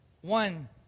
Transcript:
one